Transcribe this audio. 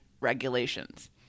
regulations